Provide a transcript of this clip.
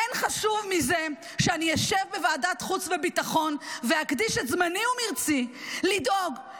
אין חשוב מזה שאני אשב וועדת חוץ וביטחון ואקדיש את זמני ומרצי לדאוג,